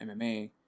MMA